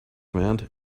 command